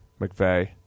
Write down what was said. McVeigh